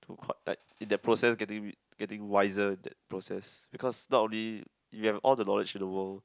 to caught like in the process getting getting wiser that process because not only you have all the knowledge in the world